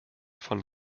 von